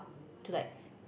to like